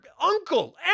uncle